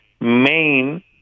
main